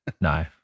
No